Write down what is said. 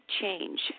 change